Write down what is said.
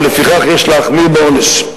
ולפיכך יש להחמיר בעונש.